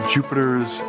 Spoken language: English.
Jupiter's